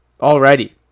Already